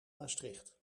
maastricht